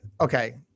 okay